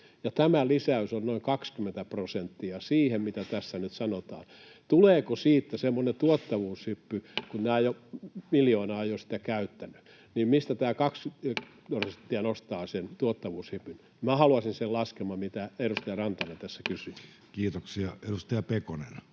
tämä lisäys on noin 20 prosenttia siihen, mitä tässä nyt sanotaan. Tuleeko siitä semmoinen tuottavuushyppy, kun nämä jo miljoona ovat jo sitä käyttäneet, niin mistä tämä 20 prosenttia nostaa sen tuottavuushypyn? Minä haluaisin sen laskelman, mitä edustaja Rantanen tässä kysyi. Kiitoksia. — Edustaja Pekonen,